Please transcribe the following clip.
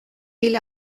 hil